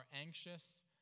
anxious